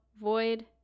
Void